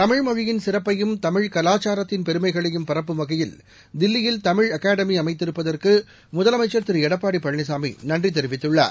தமிழ் மொழியின் சிறப்பையும் தமிழ் கவாச்சாரத்தின் பெருமைகளையும் பரப்பும் வகையில் தில்லியில் தமிழ் அகாடமி அமைத்திருப்பதற்கு முதலமைச்சர் திரு எடப்பாடி பழனிசாமி நன்றி தெரிவித்துள்ளார்